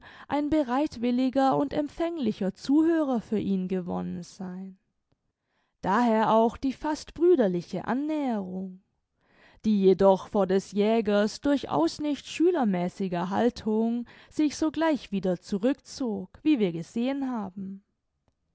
ein bereitwilliger und empfänglicher zuhörer für ihn gewonnen sein daher auch die fast brüderliche annäherung die jedoch vor des jägers durchaus nicht schülermäßiger haltung sich sogleich wieder zurückzog wie wir gesehen haben